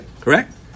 correct